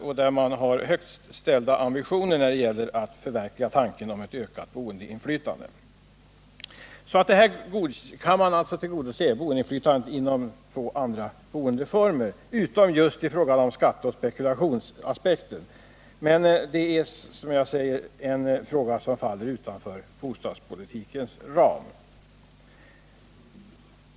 Man har där högt ställda ambitioner när det gäller att förverkliga tanken på ett ökat boendeinflytande. Kravet på boendeinflytande kan alltså tillgodoses inom andra upplåtelseformer. Det enda som är speciellt för ägarlägenheterna är spekulationsoch skatteaspekterna. Men som jag tidigare har sagt är detta en fråga som faller utanför bostadspolitikens ram.